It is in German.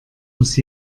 muss